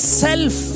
self